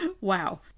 wow